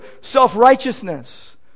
self-righteousness